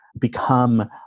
become